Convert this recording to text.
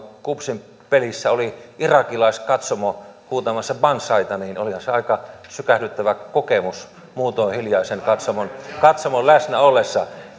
kupsin pelissä oli irakilaiskatsomo huutamassa banzaita niin olihan se aika sykähdyttävä kokemus muutoin hiljaisen katsomon katsomon läsnä ollessa